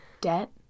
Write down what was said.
debt